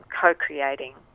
co-creating